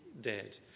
dead